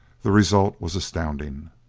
the result was astounding.